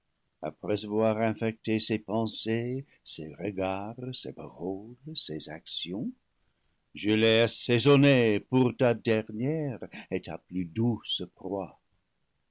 après avoir infecté ses pensées ses regards ses paroles ses actions je l'aie assaisonné pour ta dernière et ta plus douce proie